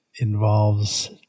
involves